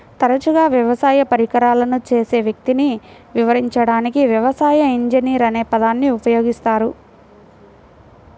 తరచుగా వ్యవసాయ పరికరాలను చేసే వ్యక్తిని వివరించడానికి వ్యవసాయ ఇంజనీర్ అనే పదాన్ని ఉపయోగిస్తారు